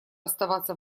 оставаться